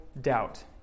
doubt